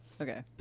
Okay